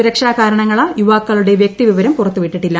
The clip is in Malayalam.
സുരക്ഷാ കാരണങ്ങളാൽ യുവാക്കളുടെ വ്യക്തിവിവരം പുറത്തുവിട്ടിട്ടില്ല